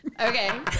Okay